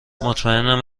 مطمئنم